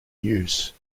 use